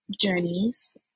journeys